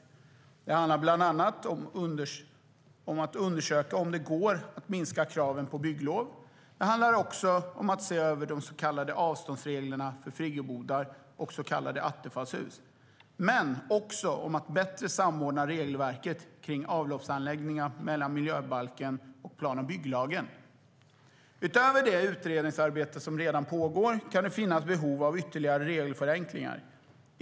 Det handlar bland annat om att undersöka om det går att minska kraven på bygglov. Det handlar också om att se över de så kallade avståndsreglerna för friggebodar och så kallade Attefallshus, men också om att bättre samordna regelverket kring avloppsanläggningar mellan miljöbalken och plan och bygglagen. Utöver det utredningsarbete som redan pågår kan det finnas behov av ytterligare regelförenklingar.